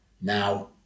Now